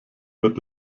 mit